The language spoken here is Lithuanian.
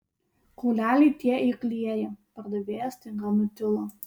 kauleliai tie eiklieji pardavėjas staiga nutilo